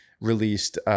released